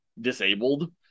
disabled